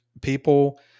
people